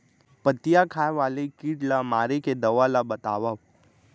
पत्तियां खाए वाले किट ला मारे के दवा ला बतावव?